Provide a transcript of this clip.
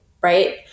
right